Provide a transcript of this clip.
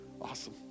awesome